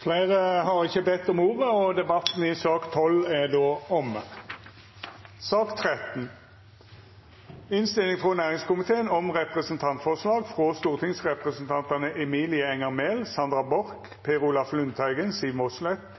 Fleire har ikkje bedt om ordet til sak nr. 12. Etter ynske frå næringskomiteen vil presidenten ordna debatten